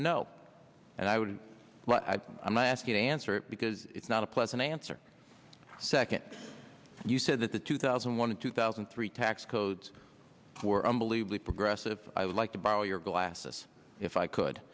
no and i would i ask you to answer it because it's not a pleasant answer second you said that the two thousand and one and two thousand and three tax codes were unbelievably progressive i would like to borrow your glasses if i could